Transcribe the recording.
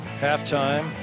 halftime